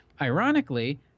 Ironically